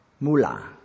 Mula